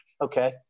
Okay